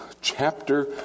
chapter